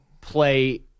play